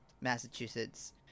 Massachusetts